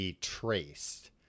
traced